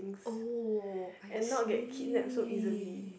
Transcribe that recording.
oh I see